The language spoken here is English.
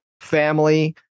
family